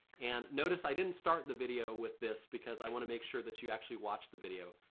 and notice i didn't start the video with this because i want to make sure that you actually watch the video.